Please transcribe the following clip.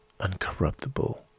uncorruptible